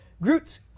Groot's